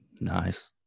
Nice